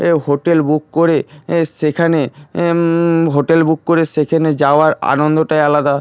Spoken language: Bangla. এ হোটেল বুক করে এ সেখানে হোটেল বুক করে সেখানে যাওয়ার আনন্দটাই আলাদা